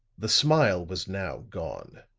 the smile was now gone